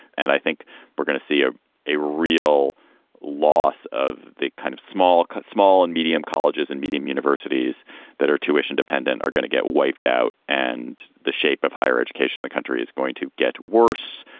and i think we're gonna see ah a real loss of the kind of small cut, small and medium colleges and medium universities that are tuition dependent are gonna get wiped out. and the shape of higher education, the country is going to get worse.